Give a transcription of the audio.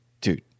dude